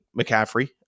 McCaffrey